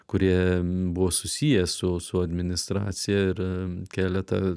kurie buvo susiję su su administracija ir keletą